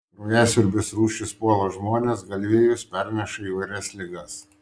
kraujasiurbės rūšys puola žmones galvijus perneša įvairias ligas